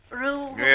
rule